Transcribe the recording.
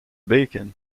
bacon